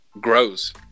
grows